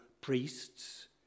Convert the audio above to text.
priests